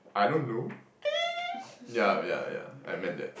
I don't know !ee! ya ya ya I meant that